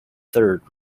third